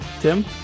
Tim